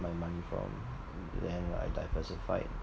my money from then I diversified